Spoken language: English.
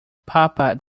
papa